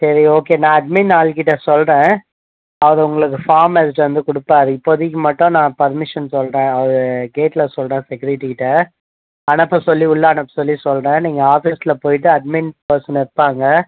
சரி ஓகே நான் அட்மின் ஆளுகிட்ட சொல்றேன் அவர் உங்களுக்கு ஃபார்ம் எழுதிவிட்டு வந்து கொடுப்பாரு இப்போதிக்கு மட்டும் நான் பர்மிஷன் சொல்றன் அவர் கேட்டில் சொல்றன் செக்யூரிட்டிகிட்டே அனுப்பசொல்லி உள்ளே அனுப்பசொல்லி சொல்றன் நீங்கள் ஆஃபீஸில் போய்விட்டு அட்மின் பெர்சன் இருப்பாங்க